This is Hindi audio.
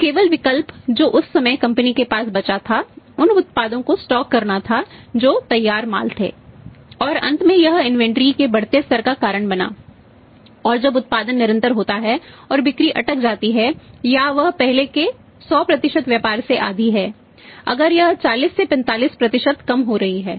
तो केवल विकल्प जो उस समय कंपनी के साथ बचा था उन उत्पादों को स्टॉक के बढ़ते स्तर का कारण बना और जब उत्पादन निरंतर होता है और बिक्री अटक जाती है या वह पहले के 100 व्यापार से आधी है अगर यह 40 45 कम हो रही है